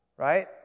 Right